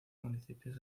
municipios